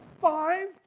Five